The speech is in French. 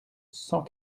cent